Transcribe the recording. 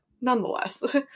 nonetheless